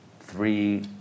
three